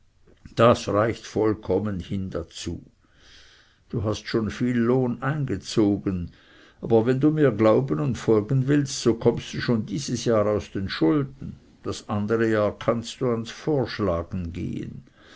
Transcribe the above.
das reicht vollkommen hin dazu du hast schon viel lohn eingezogen aber wenn du mir glauben und folgen willst so kommst du schon dieses jahr aus den schulden das andere jahr kannst du ans vorschlagen gehen